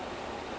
mm